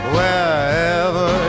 Wherever